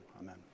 Amen